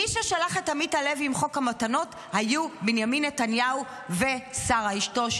מי ששלח את עמית הלוי עם חוק המתנות היו בנימין נתניהו ושרה אשתו,